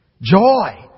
Joy